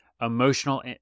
emotional